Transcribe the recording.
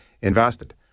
invested